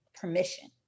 permission